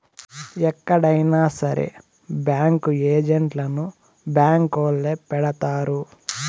ఎక్కడైనా సరే బ్యాంకు ఏజెంట్లను బ్యాంకొల్లే పెడతారు